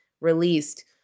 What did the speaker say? released